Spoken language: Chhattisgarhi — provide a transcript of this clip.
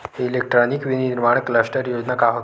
इलेक्ट्रॉनिक विनीर्माण क्लस्टर योजना का होथे?